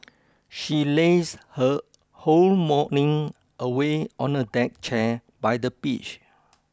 she lazed her whole morning away on a deck chair by the beach